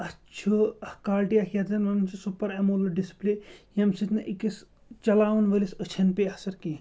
اَتھ چھُ اَکھ کالٹی اَکھ یَتھ زَن وَنان چھِ سوٗپَر اٮ۪مولو ڈِسپٕلے ییٚمہِ سۭتۍ نہٕ أکِس چَلاوان وٲلِس أچھَن پے اَثَر کیٚنٛہہ